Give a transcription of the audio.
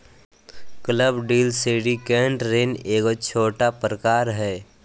club deal syndicate ऋण के एगो छोटा प्रकार हय